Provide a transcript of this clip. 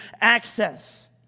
access